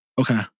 Okay